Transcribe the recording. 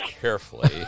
carefully